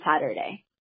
Saturday